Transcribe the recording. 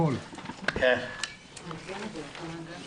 ג' באלול התש"ף